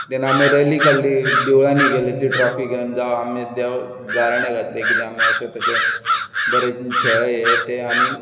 जेन्ना आमी रॅली काडली देवळांनी गेले ती ट्रॉफी घेवन जावं आमी देव गाराणें घातलें कितें आमी अशें तशें बरे खेळ्ळे हें तें आनींग